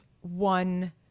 one